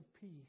peace